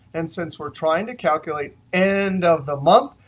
and since we're trying to calculate end of the month,